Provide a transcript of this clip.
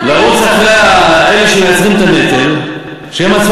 לרוץ אחרי אלה שהם שמייצרים את הנטל,